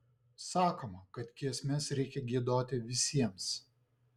sakoma kad giesmes reikia giedoti visiems